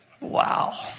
Wow